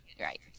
right